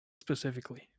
specifically